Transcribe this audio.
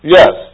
Yes